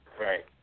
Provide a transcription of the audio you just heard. Right